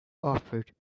offered